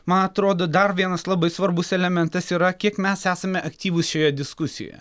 man atrodo dar vienas labai svarbus elementas yra kiek mes esame aktyvūs šioje diskusijoje